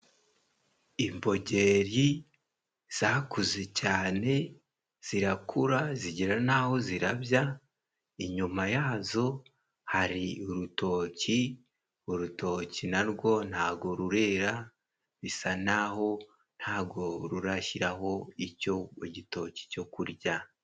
Imbogeri zakuze cyane zirakura zigera n'aho zirabya, inyuma ya zo hari urutoki, urutoki na rwo ntabwo rurera, bisa naho ntago rurashyiraho icyo igitoki cyo kurya.